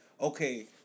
okay